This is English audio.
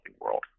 world